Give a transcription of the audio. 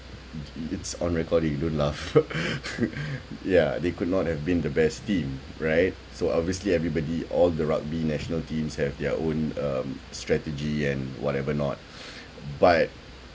it's on recording don't laugh ya they could not have been the best team right so obviously everybody all the rugby national teams have their own um strategy and whatever not but